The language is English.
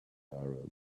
arab